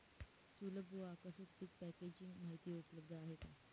सुलभ व आकर्षक पीक पॅकेजिंग माहिती उपलब्ध आहे का?